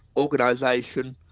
organisation,